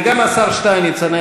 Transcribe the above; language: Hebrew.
וגם השר שטייניץ,